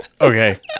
Okay